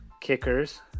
kickers